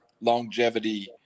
longevity